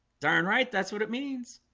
darn right. that's what it means